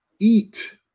eat